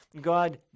God